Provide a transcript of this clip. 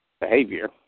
behavior